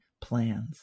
plans